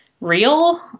real